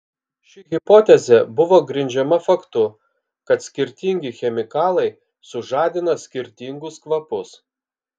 ši hipotezė buvo grindžiama faktu kad skirtingi chemikalai sužadina skirtingus kvapus